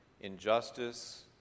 injustice